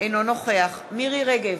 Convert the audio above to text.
אינו נוכח מירי רגב,